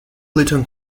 lytton